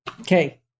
Okay